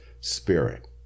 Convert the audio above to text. spirit